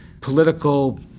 political